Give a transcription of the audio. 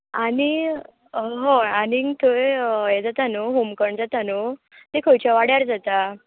आनी हय आनीक थंय हे जाता न्हू होमखंड जाता न्हू तें खंयच्या वाड्यार जाता